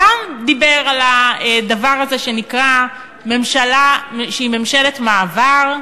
גם דיבר על הדבר הזה שנקרא ממשלה שהיא ממשלת מעבר,